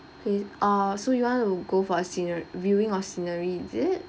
with uh so you want to go for a scener~ viewing of scenery is it